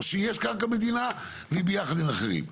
או שיש קרקע מדינה והיא ביחד עם אחרים.